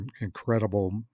incredible